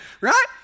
Right